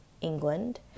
England